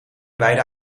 beiden